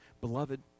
Beloved